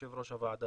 יושב ראש הוועדה,